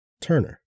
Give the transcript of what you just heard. Turner